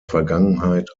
vergangenheit